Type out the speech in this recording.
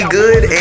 good